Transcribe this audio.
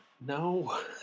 no